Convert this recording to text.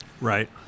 Right